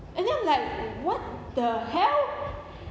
and then I'm like what the hell